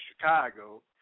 Chicago